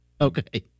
Okay